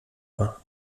war